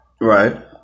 Right